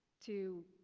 to